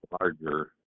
larger